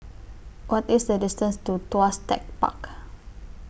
What IS The distance to Tuas Tech Park